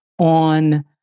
on